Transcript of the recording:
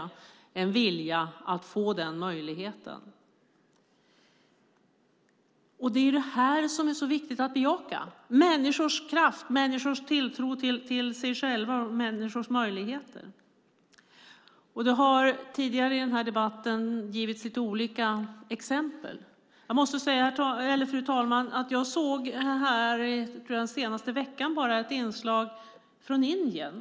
Det är en vilja att få denna möjlighet. Det är detta som är så viktigt att bejaka. Det handlar om människors kraft och människors tilltro till sig själva och sina möjligheter. Tidigare i debatten har det givits lite olika exempel. Fru talman! Så sent som i den senaste veckan såg jag ett tv-inslag från Indien.